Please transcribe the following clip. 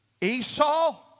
Esau